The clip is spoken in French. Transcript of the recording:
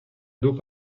dos